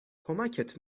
کمکت